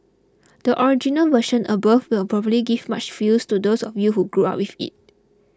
the original version above will probably give much feels to those of you who grew up with it